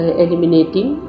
eliminating